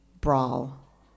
brawl